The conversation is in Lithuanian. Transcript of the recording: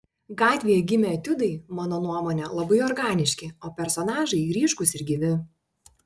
gatvėje gimę etiudai mano nuomone labai organiški o personažai ryškūs ir gyvi